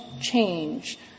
change